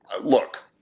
Look